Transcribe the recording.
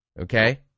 Okay